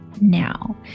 now